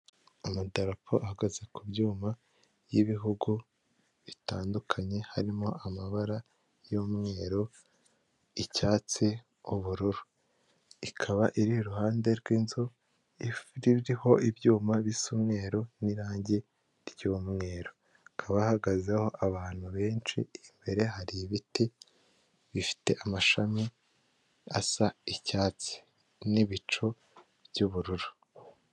Amadarapo ahagaze ku byuma y'ibihugu bitandukanye harimo amabara y'umweru, icyatsi, ubururu, ikaba iri iruhande rw'inzu iriho ibyuma bisa umweru n'irangi ry'umweru, hakaba hahagazeho abantu benshi imbere hari ibiti bifite amashami asa icyatsi n'ibicu by'ubururu.